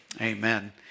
Amen